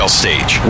stage